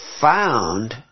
found